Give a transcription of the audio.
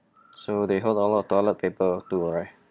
so they hoard a lot of toilet paper too ah right